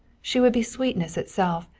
she would be sweetness itself.